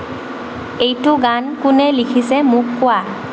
এইটো গান কোনে লিখিছে মোক কোৱা